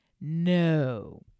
No